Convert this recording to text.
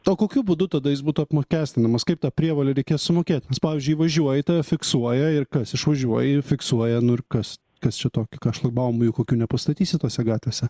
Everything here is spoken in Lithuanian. o kokiu būdu tada jis būtų apmokestinamas kaip tą prievolę reikės sumokėt pavyzdžiui įvažiuoji tave fiksuoja ir kas išvažiuoji fiksuoja nu ir kas kas čia tokio ką šlagbaumų juk kokių nepastatysi tose gatvėse